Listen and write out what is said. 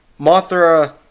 Mothra